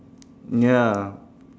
ya